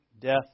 death